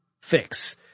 fix